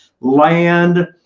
land